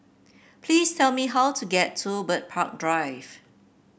please tell me how to get to Bird Park Drive